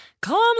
Come